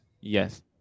yes